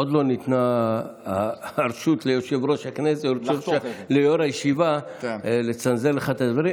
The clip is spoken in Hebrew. עוד לא ניתנה הרשות ליושב-ראש הישיבה לצנזר לך את הדברים,